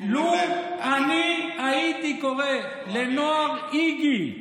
לו אני הייתי קורא לנוער איגי,